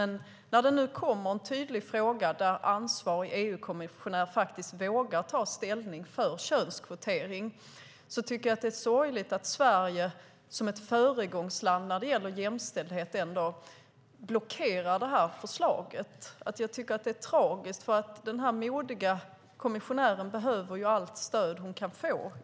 När det nu kommer en tydlig fråga där ansvarig EU-kommissionär faktiskt vågar ta ställning för könskvotering tycker jag att det är sorgligt att Sverige som ett föregångsland när det gäller jämställdhet blockerar förslaget. Jag tycker att det är tragiskt, därför att denna modiga kommissionär behöver ju i stället allt stöd hon kan få.